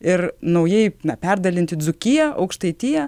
ir naujai na perdalinti dzūkiją aukštaitiją